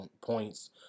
points